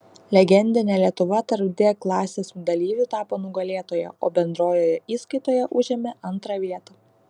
legendinė lietuva tarp d klasės dalyvių tapo nugalėtoja o bendrojoje įskaitoje užėmė antrą vietą